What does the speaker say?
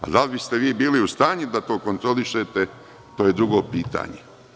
Ali, da li biste vi bili u stanju da to kontrolišete to je drugo pitanje.